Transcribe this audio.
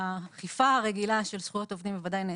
האכיפה הרגילה של זכויות עובדים בוודאי נעשית.